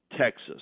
Texas